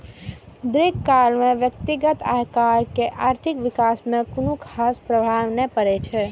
दीर्घकाल मे व्यक्तिगत आयकर के आर्थिक विकास पर कोनो खास प्रभाव नै पड़ै छै